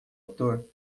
ator